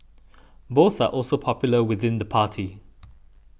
both are also popular within the party